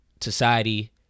society